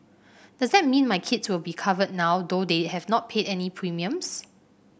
does that mean my kids will be covered now though they have not paid any premiums